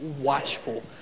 watchful